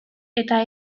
eta